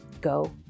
go